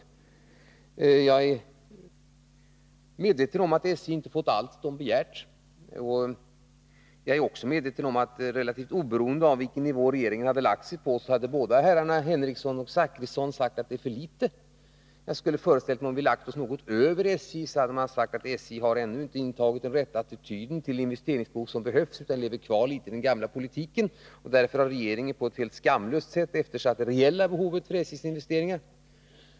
Jag är medveten om att SJ inte har fått allt som företaget har begärt. Jag är också medveten om att herrarna Henricsson och Zachrisson relativt oberoende av vilken nivå regeringen hade lagt sig på hade sagt att SJ får för litet pengar. Jag kan även föreställa mig att om regeringen hade lagt sig något över SJ:s krav, hade herrarna sagt att SJ ännu inte har intagit den rätta attityden till det verkliga investeringsbehovet utan lever kvar i den gamla politiken och att regeringen därför på ett helt skamlöst sätt eftersatt det reella behovet för SJ:s investeringar.